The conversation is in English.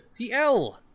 TL